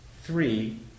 Three